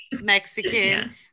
mexican